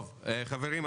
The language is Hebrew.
חברים,